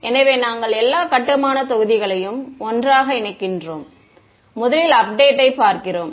எனவே நாங்கள் எல்லா கட்டுமானத் தொகுதிகளையும் ஒன்றிணைக்கிறோம் முதலில் அப்டேட்யை பார்க்கிறோம்